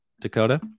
dakota